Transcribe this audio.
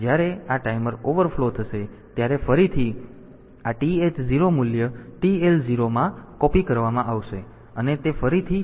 તેથી જ્યારે આ ટાઈમર ઓવરફ્લો થશે ત્યારે ફરીથી આ TH 0 મૂલ્ય TL 0 માં કૉપિ કરવામાં આવશે અને તે ફરીથી શરૂ થશે